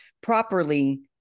properly